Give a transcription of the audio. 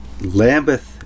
Lambeth